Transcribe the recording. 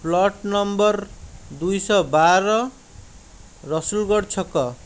plot number ଦୁଇଶହ ବାର ରସୁଲଗଡ଼ ଛକ